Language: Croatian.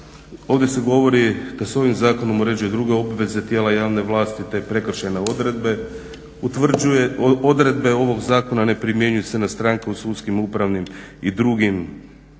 Ovdje se govori da se ovim zakonom uređuju druge obveze tijela javne vlasti te prekršajne odredbe, odredbe ovog zakona ne primjenjuju se na stranke u sudskim, upravnim i drugim na